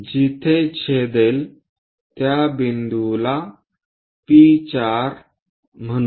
जिथे छेदेल त्या बिंदूला P4 म्हणू